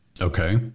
Okay